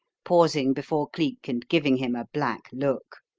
pausing before cleek and giving him a black look,